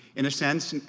in a sense,